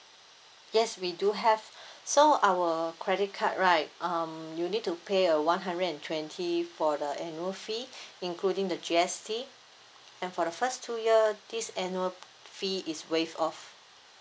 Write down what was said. yes we do have so our credit card right um you need to pay a one hundred and twenty for the annual fee including the G_S_T and for the first two year this annual fee is waive off